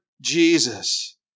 Jesus